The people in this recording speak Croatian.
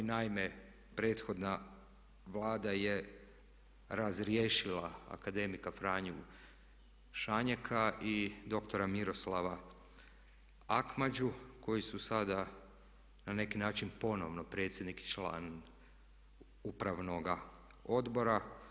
Naime, prethodna Vlada je razriješila akademika Franju Šanjeka i dr. Miroslava Akmađu koji su sada na neki način ponovno predsjednik i član upravnog odbora.